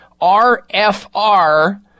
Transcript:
RFR